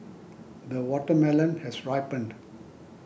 the watermelon has ripened